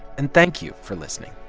and thank you for listening